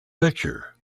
picture